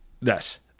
Yes